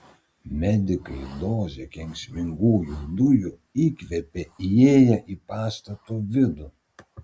medikai dozę kenksmingų dujų įkvėpė įėję į pastato vidų